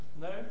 No